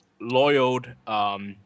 loyal